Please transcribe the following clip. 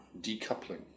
decoupling